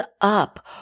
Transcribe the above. up